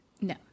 No